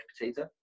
Potato